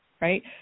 right